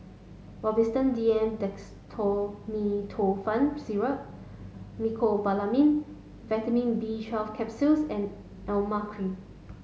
Robitussin D M Dextromethorphan Syrup Mecobalamin Vitamin B twelve Capsules and Emla Cream